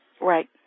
Right